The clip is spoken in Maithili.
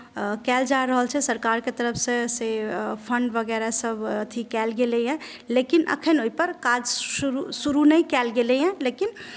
कयल जा रहल छै सरकारक तरफसँ से फण्ड वगैरहसभ अथी कयल गेलैे लेकिन एखन ओहिपर काज शुरू नहि कयल गेलैए लेकिन